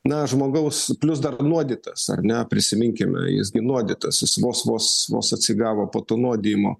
na žmogaus plius dar nuodytas ar ne prisiminkime jis gi nuodytas jis vos vos vos atsigavo po to nuodijimo